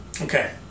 okay